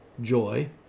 joy